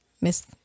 Miss